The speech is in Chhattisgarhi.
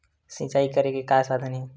सिंचाई करे के का साधन हे?